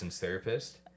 therapist